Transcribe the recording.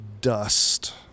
Dust